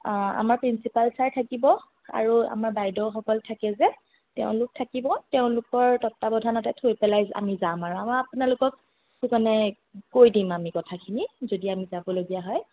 আমাৰ principal sir থাকিব আৰু আমাৰ বাইদেউসকল থাকে যে তেওঁলোক থাকিব তেওঁলোকৰ তত্বাৱধানতে থৈ পেলাই আমি যাম আমাৰ আপোনালোকক মানে কৈ দিম আমি কথাখিনি যদি আমি যাবলগীয়া হয়